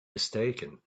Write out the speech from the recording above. mistaken